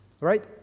right